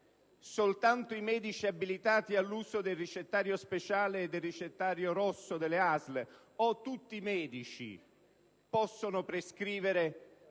soltanto i medici abilitati all'uso del ricettario speciale, del ricettario rosso delle ASL, o tutti i medici possono prescrivere, per esempio,